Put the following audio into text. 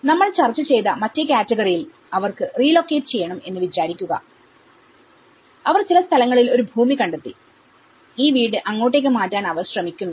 നമ്മൾ ചർച്ച ചെയ്ത മറ്റേ കാറ്റഗറിയിൽ അവർക്ക് റീലൊക്കേറ്റ് ചെയ്യണം എന്ന് വിചാരിക്കുക അവർ ചില സ്ഥലങ്ങളിൽ ഒരു ഭൂമി കണ്ടെത്തി ഈ വീട് അങ്ങോട്ടേക്ക് മാറ്റാൻ അവർ ആഗ്രഹിക്കുന്നു